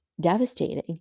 devastating